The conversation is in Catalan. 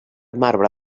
marbre